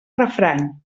refrany